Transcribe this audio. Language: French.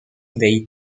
dei